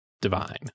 Divine